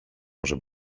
może